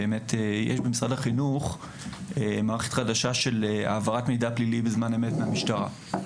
שיש במשרד החינוך מערכת חדשה של העברת מידע פלילי בזמן אמת מהמשטרה.